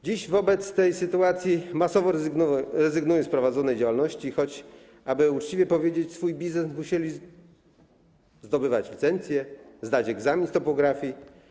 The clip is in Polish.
Dziś w tej sytuacji masowo rezygnują z prowadzonej działalności, choć aby uczciwie prowadzić swój biznes, musieli zdobywać licencje, zdać egzamin z topografii.